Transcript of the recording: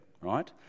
right